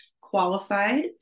qualified